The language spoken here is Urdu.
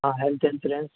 ہاں ہیلتھ انسورنس